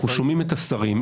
אנחנו שומעים את השרים,